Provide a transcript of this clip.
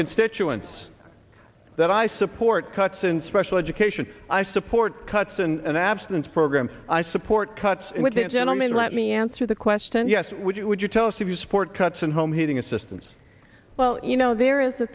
constituents that i support cuts in special education i support cuts and abstinence programs i support cuts with a gentleman let me answer the question yes would you would you tell us if you support cuts in home heating assistance well you know there is a